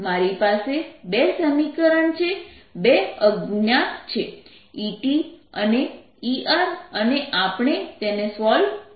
મારી પાસે બે સમીકરણો છે બે અજ્ઞાત છે ET અને ER અને આપણે તેને સોલ્વ કરીશું